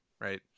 right